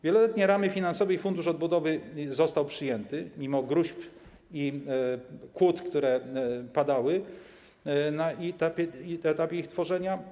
Wieloletnie ramy finansowe i Fundusz Odbudowy zostały przyjęte mimo gróźb i kłód, które padały na etapie ich tworzenia.